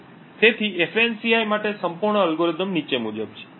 તેથી ફાન્સી માટે સંપૂર્ણ અલ્ગોરિધમ નીચે મુજબ છે